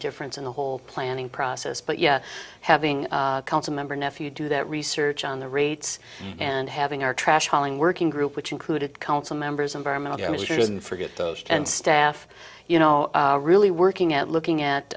difference in the whole planning process but yeah having council member nephew do that research on the rates and having our trash hauling working group which included council members environmental damage or doesn't forget those and staff you know really working at looking at